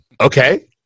Okay